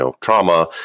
trauma